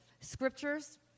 scriptures